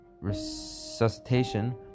resuscitation